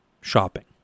shopping